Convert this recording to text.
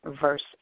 verse